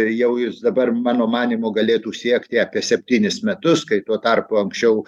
jau jis dabar mano manymu galėtų siekti apie septynis metus kai tuo tarpu anksčiau